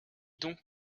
donc